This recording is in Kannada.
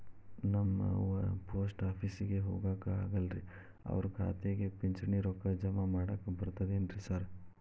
ನಮ್ ಅವ್ವ ಪೋಸ್ಟ್ ಆಫೇಸಿಗೆ ಹೋಗಾಕ ಆಗಲ್ರಿ ಅವ್ರ್ ಖಾತೆಗೆ ಪಿಂಚಣಿ ರೊಕ್ಕ ಜಮಾ ಮಾಡಾಕ ಬರ್ತಾದೇನ್ರಿ ಸಾರ್?